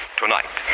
tonight